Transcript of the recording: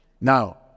now